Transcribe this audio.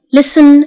listen